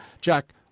Jack